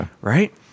right